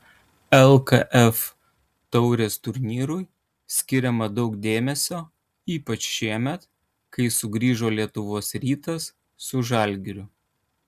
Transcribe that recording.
lkf taurės turnyrui skiriama daug dėmesio ypač šiemet kai sugrįžo lietuvos rytas su žalgiriu